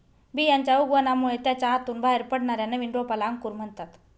बियांच्या उगवणामुळे त्याच्या आतून बाहेर पडणाऱ्या नवीन रोपाला अंकुर म्हणतात